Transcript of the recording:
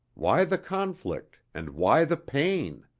why the conflict and why the pain?